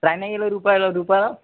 try नाही केलं रुपाला रुपा